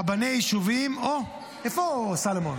רבני יישובים, איפה סולומון?